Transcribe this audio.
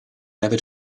never